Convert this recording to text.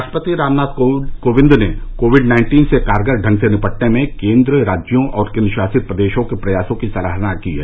राष्ट्रपति रामनाथ कोविंद ने covid nineteen से कारगर ढंग से निपटने में केंद्र राज्यों और केंद्रशासित प्रदेशों के प्रयासों की सराहना की है